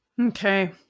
Okay